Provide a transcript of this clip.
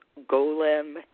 Golem